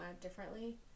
differently